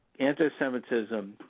Antisemitism